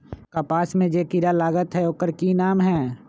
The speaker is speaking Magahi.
कपास में जे किरा लागत है ओकर कि नाम है?